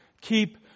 keep